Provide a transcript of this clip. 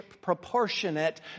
proportionate